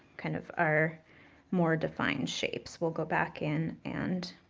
kind of, our more defined shapes. we'll go back in and